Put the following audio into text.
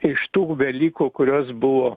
iš tų velykų kurios buvo